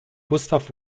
gustav